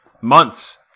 months